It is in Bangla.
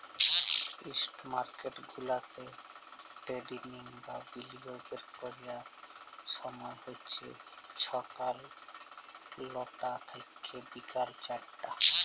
ইস্টক মার্কেট গুলাতে টেরেডিং বা বিলিয়গের ক্যরার ছময় হছে ছকাল লটা থ্যাইকে বিকাল চারটা